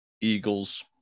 Eagles